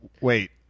Wait